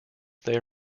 their